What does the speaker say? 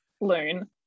loon